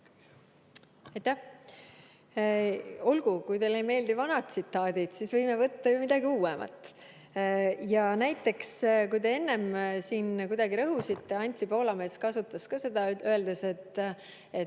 Olgu, kui teile ei meeldi vanad tsitaadid, siis võime võtta ju midagi uuemat. Näiteks te enne siin kuidagi rõhusite sellele – Anti Poolamets kasutas ka seda –, et